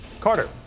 Carter